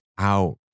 out